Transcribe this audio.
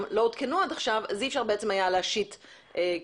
לא הותקנו עד עכשיו אי אפשר היה להשית קנסות.